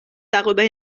darüber